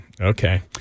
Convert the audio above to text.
okay